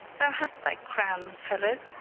thou hast thy crowns, fellow